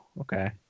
okay